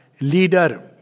Leader